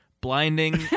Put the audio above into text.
Blinding